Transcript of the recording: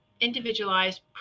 individualized